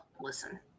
listen